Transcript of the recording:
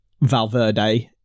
Valverde